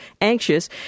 Anxious